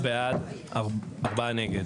ארבעה בעד ארבעה נגד